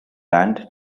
land